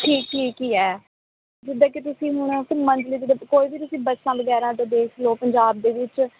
ਠੀਕ ਠੀਕ ਹੀ ਹੈ ਜਿੱਦਾਂ ਕਿ ਤੁਸੀਂ ਹੁਣ ਘੁੰਮਣ ਦੇ ਲਈ ਜਿੱਦਾਂ ਕੋਈ ਵੀ ਤੁਸੀਂ ਬੱਸਾਂ ਵਗੈਰਾ ਦਾ ਦੇਖ ਲਓ ਪੰਜਾਬ ਦੇ ਵਿੱਚ